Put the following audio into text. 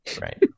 right